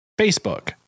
Facebook